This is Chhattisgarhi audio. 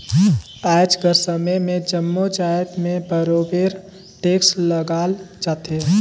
आएज कर समे में जम्मो जाएत में बरोबेर टेक्स लगाल जाथे